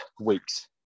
weeks